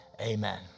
amen